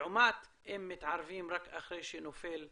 לעומת אם מתערבים רק אחרי שנופל קורבן,